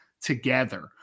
together